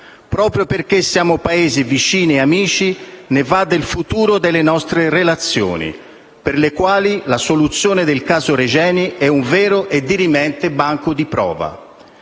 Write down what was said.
Proprio perché siamo Paesi vicini e amici, ne va del futuro delle nostre relazioni, per le quali la soluzione del caso Regeni è un vero e dirimente banco di prova.